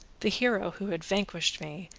the hero who had vanquished me,